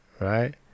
right